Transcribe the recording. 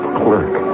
clerk